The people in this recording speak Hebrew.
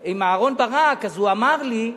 עם אהרן ברק, אז הוא אמר לי: